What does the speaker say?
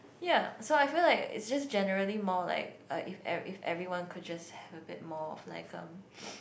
ya so I feel like it's just generally more like uh if e~ if everyone could just have a bit more of like um